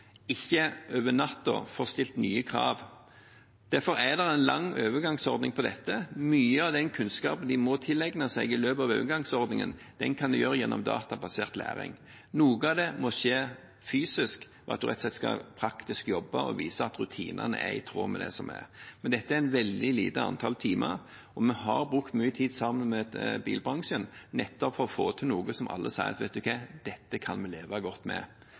ikke over natten blir stilt nye krav til. Derfor er det en lang overgangsordning for dette. Mye av den kunnskapen de må tilegne seg i løpet av overgangsordningen, kan de få gjennom databasert læring. Noe av det må skje fysisk, ved at man rett og slett praktisk skal jobbe og vise at rutinene er i tråd med slik det skal være. Men dette er et veldig lite antall timer, og vi har brukt mye tid sammen med bilbransjen nettopp for å få til noe som alle sier at de kan leve godt med.